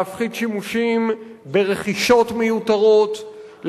להפחית שימושים ברכישות מיותרות,